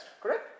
correct